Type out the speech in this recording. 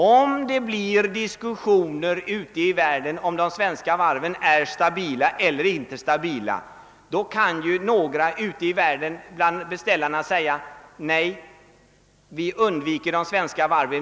Om det blir diskussioner ute i världen om huruvida de svenska varven är stabila eller inte stabila, kan ju några bland beställarna säga: >Nej, vi undviker de svenska varven.